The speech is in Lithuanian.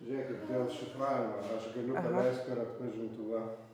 žiūrėkit dėl šifravimo aš galiu paleist per atpažintuvą